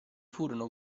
furono